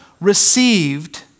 received